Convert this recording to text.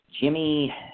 Jimmy